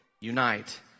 unite